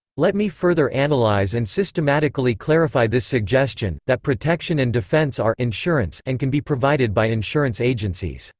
let me further analyze and systematically clarify this suggestion that protection and defense are insurance and can be provided by insurance agencies.